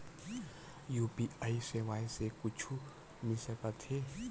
UPI सेवाएं से कुछु मिल सकत हे?